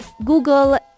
Google